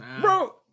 Bro